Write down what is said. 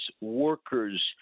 workers